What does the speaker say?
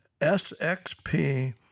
SXP